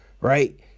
right